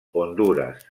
hondures